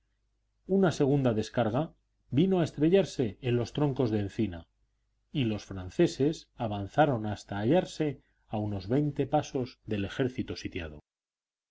una segunda descarga vino a estrellarse en los troncos de encina y los franceses avanzaron hasta hallarse a unos veinte pasos del ejército sitiado